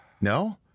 No